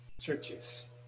churches